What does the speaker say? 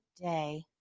day